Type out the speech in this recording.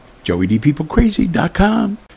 JoeyDPeopleCrazy.com